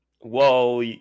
Whoa